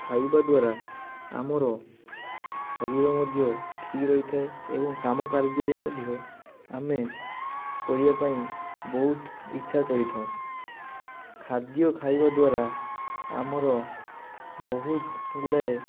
ଖାଇବା ଦ୍ଵାରା ଆମର ଶରୀର ମଧ୍ୟ ଠିକ୍ ରହିଥାଏ ଏବଂ କାମ କାର୍ଯ୍ୟରେ ମଧ୍ୟ ଆମେ କରିବା ପାଇଁ ବହୁତ ଇଚ୍ଛା କରିଥାଉ ଖାଦ୍ୟ ଖାଇବା ଦ୍ଵାରା ଆମର ବହୁତ ଗୁଡ଼ାଏ